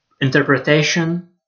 interpretation